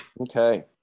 Okay